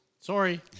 Sorry